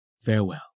Farewell